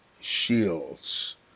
shields